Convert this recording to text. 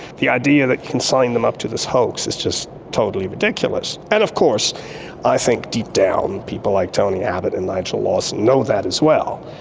the idea that you can sign them up to this hoax is just totally ridiculous. and of course i think deep down people like tony abbott and nigel lawson know that as well.